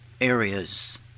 areas